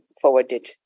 forwarded